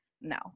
no